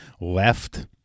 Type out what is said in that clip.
left